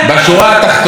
בשורה התחתונה,